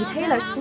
Taylor